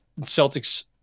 Celtics